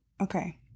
Okay